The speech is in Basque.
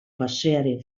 pasearen